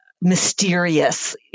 mysterious